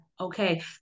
Okay